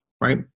right